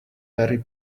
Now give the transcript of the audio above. very